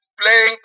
playing